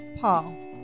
Paul